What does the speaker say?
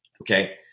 okay